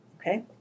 okay